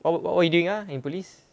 what what what what you doing ah in police